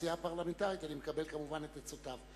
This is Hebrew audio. בעשייה הפרלמנטרית אני מקבל, כמובן, את עצותיו.